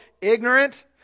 ignorant